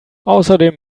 außerdem